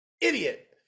idiot